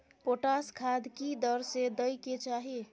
Potash खाद की दर से दै के चाही?